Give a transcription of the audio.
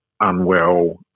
unwell